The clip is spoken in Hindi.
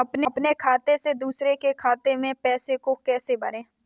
अपने खाते से दूसरे के खाते में पैसे को कैसे भेजे?